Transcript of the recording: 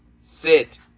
Sit